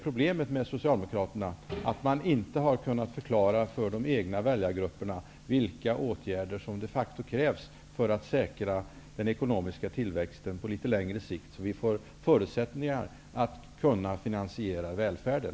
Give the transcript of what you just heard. Problemet med Socialdemokraterna är just att de inte har kunnat förklara för de egna väl jargrupperna vilka åtgärder som de facto krävs för att den ekonomiska tillväxten skall säkras på litet längre sikt och för att vi därigenom skall få förutsättningar att finansiera välfärden.